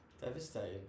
Devastating